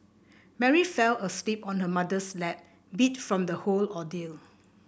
Mary fell asleep on her mother's lap beat from the whole ordeal